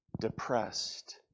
depressed